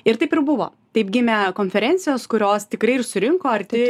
ir taip ir buvo taip gimė konferencijos kurios tikrai ir surinko arti